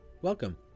Welcome